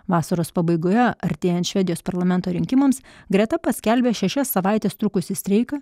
vasaros pabaigoje artėjant švedijos parlamento rinkimams greta paskelbė šešias savaites trukusį streiką